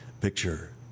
picture